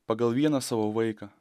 pagal vieną savo vaiką